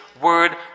Word